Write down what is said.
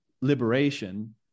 liberation